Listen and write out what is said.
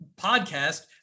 podcast